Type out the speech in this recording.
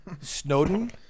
Snowden